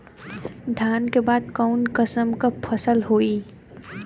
धान के बाद कऊन कसमक फसल होई?